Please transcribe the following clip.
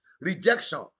Rejection